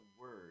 word